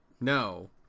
No